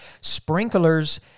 Sprinklers